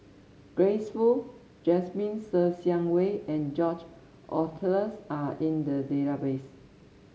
Grace Fu Jasmine Ser Xiang Wei and George Oehlers are in the database